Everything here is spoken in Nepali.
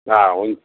अँ हुन्छ